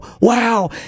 Wow